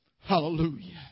Hallelujah